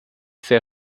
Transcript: sehr